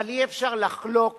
אבל אי-אפשר לחלוק